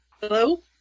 Hello